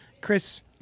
Chris